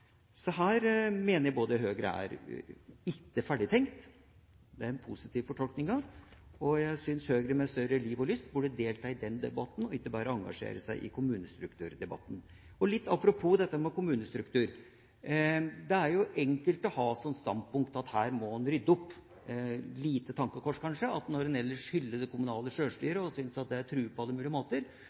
Her mener jeg Høyre ikke er ferdigtenkt – det er den positive fortolkninga. Jeg syns Høyre med mer liv og lyst burde delta i denne debatten, og ikke bare engasjere seg i kommunestrukturdebatten. Apropos kommunestruktur: Det er enkelt å ha som standpunkt at her må en rydde opp. Et lite tankekors, kanskje, når en ellers hyller det kommunale sjølstyret og syns å ha tru på det på alle mulige måter: